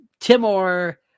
Timor